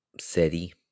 city